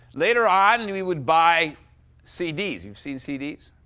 later on, and we would buy cds. you've seen cds?